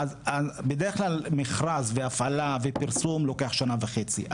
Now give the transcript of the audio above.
בדרך כלל מכרז, הפעלה ופרסום לוקח שנה וחצי.